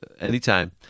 Anytime